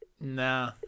Nah